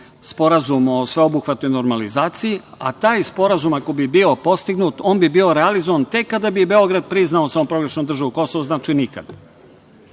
sporazum o sveobuhvatnoj normalizaciji, a taj sporazum ako bi i bio postignut, on bi bio realizovan tek kada bi Beograd priznao samoproglašenu državu „Kosovo“ – znači nikad.